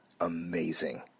amazing